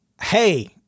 Hey